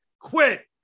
quit